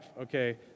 okay